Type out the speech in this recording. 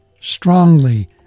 strongly